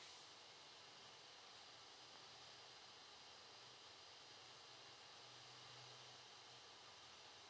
says